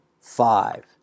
five